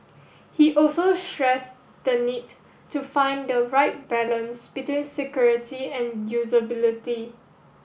he also stress the need to find the right balance between security and usability